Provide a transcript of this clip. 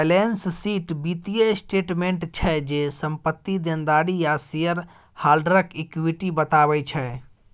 balance sheet बित्तीय statement छै जे, संपत्ति, देनदारी आ शेयर हॉल्डरक इक्विटी बताबै छै